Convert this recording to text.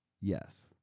Yes